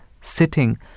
sitting